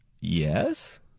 yes